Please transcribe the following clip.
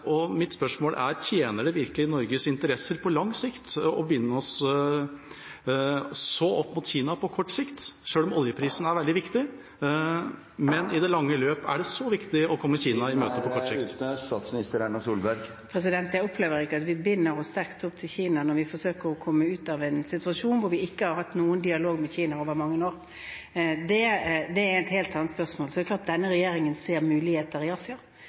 Mitt spørsmål er: Tjener det virkelig Norges interesser på lang sikt å binde oss så sterkt opp mot Kina på kort sikt, sjøl om oljeprisen er veldig viktig? Men i det lange løp , er det så viktig å komme Kina … Tiden er ute. Jeg opplever ikke at vi binder oss sterkt opp til Kina når vi forsøker å komme ut av en situasjon, da vi i mange år ikke har hatt noen dialog med Kina. Det er et helt annet spørsmål. Det er klart at denne regjeringen ser muligheter i Asia.